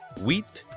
wheat,